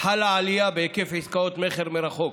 חלה עלייה בהיקף עסקאות מכר מרחוק,